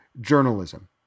journalism